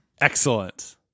Excellent